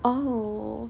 oh